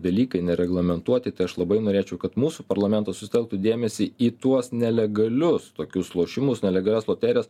dalykai nereglamentuoti tai aš labai norėčiau kad mūsų parlamentas sutelktų dėmesį į tuos nelegalius tokius lošimus nelegalias loterijas